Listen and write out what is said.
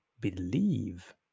believe